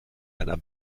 einer